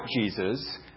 Jesus